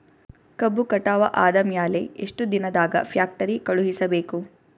ಕಬ್ಬು ಕಟಾವ ಆದ ಮ್ಯಾಲೆ ಎಷ್ಟು ದಿನದಾಗ ಫ್ಯಾಕ್ಟರಿ ಕಳುಹಿಸಬೇಕು?